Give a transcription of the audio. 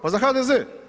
Pa za HDZ.